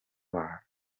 are